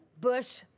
bush